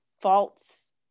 false